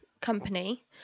company